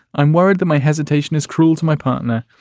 i'm worried that my hesitation is cruel to my partner.